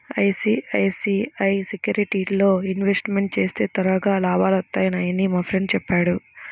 ICICI సెక్యూరిటీస్లో investment చేస్తే త్వరగా లాభాలొత్తన్నయ్యని మా ఫ్రెండు చెప్పాడు